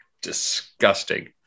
disgusting